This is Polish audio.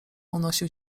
unosił